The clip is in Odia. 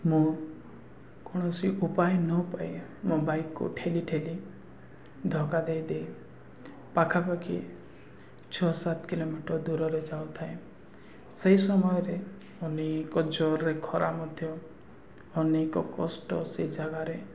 ମୁଁ କୌଣସି ଉପାୟ ନ ପାଇଏ ମୋ ବାଇକ୍କୁ ଠେଲିଠେଲି ଧକ୍କା ଦେଇଦେଇ ପାଖାପାଖି ଛଅ ସାତ କିଲୋମିଟର ଦୂରରେ ଯାଉଥାଏ ସେହି ସମୟରେ ଅନେକ ଜୋରରେ ଖରା ମଧ୍ୟ ଅନେକ କଷ୍ଟ ସେଇ ଜାଗାରେ